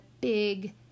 big